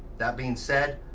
that being said,